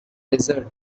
desert